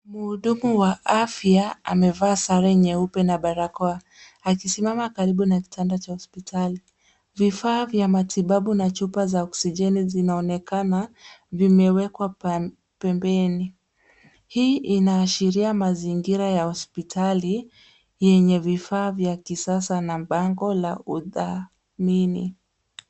Mhudumu wa afya amevaa sare nyeupe na barakoa, akisimama karibu na kitanda cha hospitali. Vifaa vya matibabu na chupa za oxigeni zinaonekana, vimewekwa pembeni. Hii inaashiria mazingira ya hospitali , yenye vifaa vya kisasa na bango la udhamini.